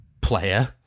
player